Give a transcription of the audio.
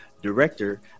Director